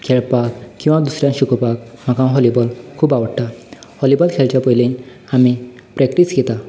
खेळपाक किंवा दुसऱ्यांक शिकोपाक म्हाका व्हॉलीबॉल खूब आवडटा व्हॉलीबॉल खेळच्या पयलीं आमी प्रॅक्टीस घेता